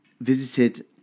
visited